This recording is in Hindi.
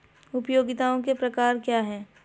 उपयोगिताओं के प्रकार क्या हैं?